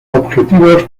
objetivos